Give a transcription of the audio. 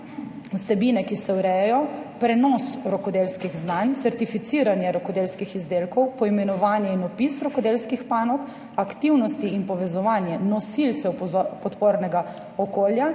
vsebine, ki se urejajo, prenos rokodelskih znanj, certificiranje rokodelskih izdelkov, poimenovanje in opis rokodelskih panog, aktivnosti in povezovanje nosilcev podpornega okolja,